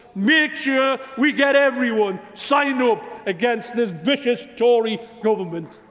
make sure we get everyone signed up against this vicious tory government.